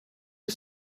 you